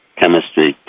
chemistry